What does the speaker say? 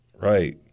Right